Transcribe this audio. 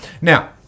now